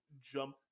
jump